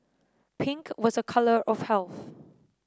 pink was a colour of health